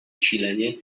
kwilenie